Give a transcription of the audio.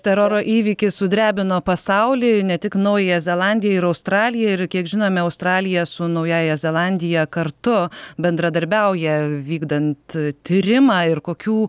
teroro įvykis sudrebino pasaulį ne tik naująją zelandiją ir australiją ir kiek žinome australija su naująja zelandija kartu bendradarbiauja vykdant tyrimą ir kokių